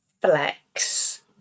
flex